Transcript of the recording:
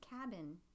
cabin